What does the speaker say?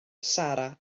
sarra